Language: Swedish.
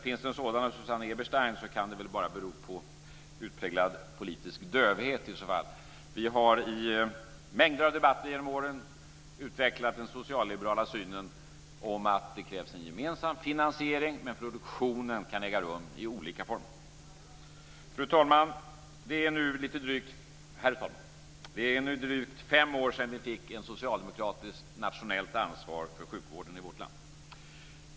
Finns det en sådan hos Susanne Eberstein kan det väl bara bero på utpräglad politisk dövhet. Vi har i mängder av debatter genom åren utvecklat den socialliberala synen, att det krävs en gemensam finansiering men att produktionen kan äga rum i olika former. Herr talman! Det är nu lite drygt fem år sedan vi fick ett socialdemokratiskt nationellt ansvar för sjukvården i vårt land.